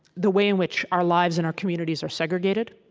the way in which our lives and our communities are segregated.